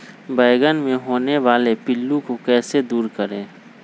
बैंगन मे होने वाले पिल्लू को कैसे दूर करें?